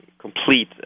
complete